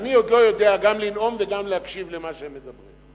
אני עוד לא יודע גם לנאום וגם להקשיב למה שהם מדברים.